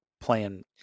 playing